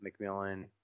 McMillan